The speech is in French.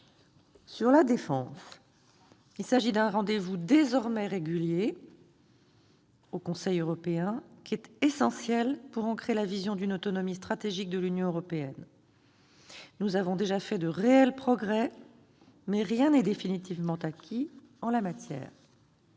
La défense est désormais un rendez-vous régulier au Conseil européen, qui est essentiel pour ancrer la vision d'une autonomie stratégique de l'Union européenne. Nous avons déjà fait de réels progrès, mais rien n'est définitivement acquis en la matière.